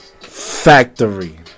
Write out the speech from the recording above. Factory